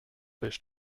pêche